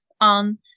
on